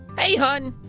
hey hon.